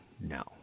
No